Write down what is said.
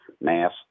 mass